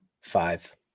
Five